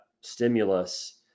stimulus